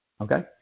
Okay